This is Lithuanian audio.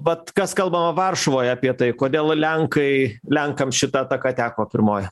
vat kas kalba o varšuvoj apie tai kodėl lenkai lenkams šita ataka teko pirmoji